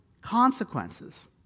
consequences